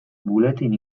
buletin